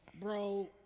bro